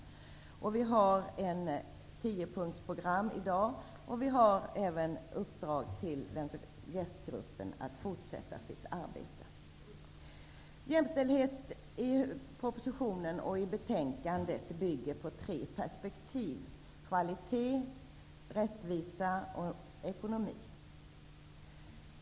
Vi får i dag ett tiopunktsprogram, och det finns även ett uppdrag till JÄST-gruppen att fortsätta sitt arbete. I propositionen och i betänkandet behandlas jämställdheten ur tre perspektiv: kvalitet, rättvisa och ekonomi.